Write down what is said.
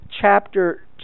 chapter